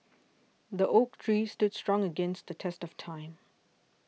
the oak tree stood strong against the test of time